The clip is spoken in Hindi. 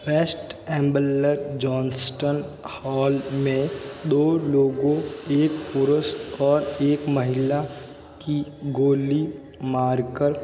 वेस्ट एन्वबल्न जॉन्सटन हॉल में दो लोगों एक पुरुष और एक महिला की गोली मारकर